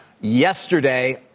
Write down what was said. yesterday